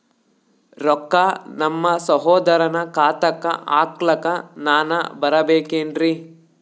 ರೊಕ್ಕ ನಮ್ಮಸಹೋದರನ ಖಾತಾಕ್ಕ ಹಾಕ್ಲಕ ನಾನಾ ಬರಬೇಕೆನ್ರೀ?